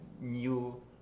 new